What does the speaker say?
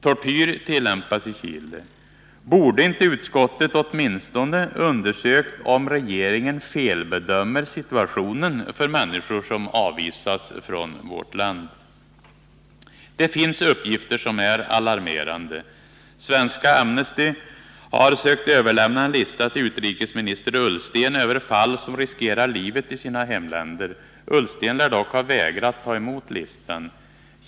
Tortyr tillämpas i Chile. Borde inte utskottet åtminstone ha undersökt om regeringen felbedömer situationen för människor som avvisas från vårt land? Det finns uppgifter som är alarmerande. Svenska Amnesty har sökt överlämna en lista till utrikesminister Ullsten över personer som riskerar livet i sina hemländer. Ola Ullsten lär dock ha vägrat att ta emot listan.